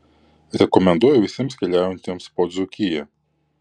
rekomenduoju visiems keliaujantiems po dzūkiją